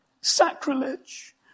sacrilege